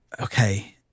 okay